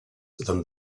than